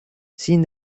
sin